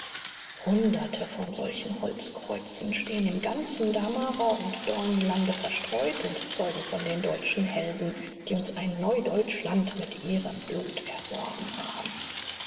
hunderte von solchen holzkreuzen stehen im ganzen damara und dornenlande verstreut und zeugen von den deutschen helden die uns ein neudeutschland mit ihrem blut erworben haben